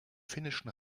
finnischen